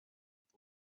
with